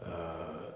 err